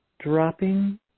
dropping